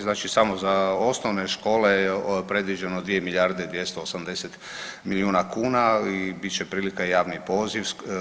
Znači samo za osnovne škole je predviđeno 2 milijarde 280 milijuna kuna i bit će prilika javni poziv.